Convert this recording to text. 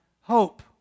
hope